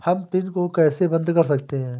हम पिन को कैसे बंद कर सकते हैं?